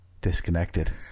Disconnected